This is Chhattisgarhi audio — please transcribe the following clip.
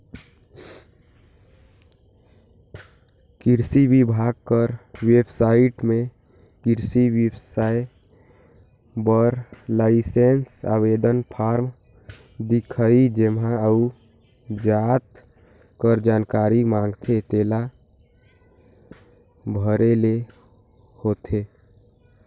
किरसी बिभाग कर बेबसाइट में किरसी बेवसाय बर लाइसेंस आवेदन फारम दिखही जेम्हां जउन जाएत कर जानकारी मांगथे तेला भरे ले होथे